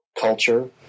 culture